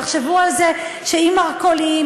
תחשבו על זה שאם מרכולים,